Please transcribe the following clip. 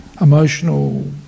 emotional